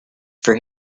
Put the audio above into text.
for